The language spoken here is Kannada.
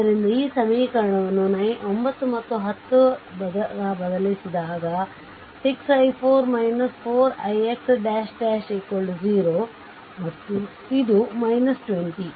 ಆದ್ದರಿಂದ ಈ ಸಮೀಕರಣವನ್ನು 9 ಮತ್ತು 10 ರ ಬದಲಿಸಿದಾಗ 6 i4 4 ix " 0 ಮತ್ತು ಇದು 20